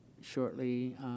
shortly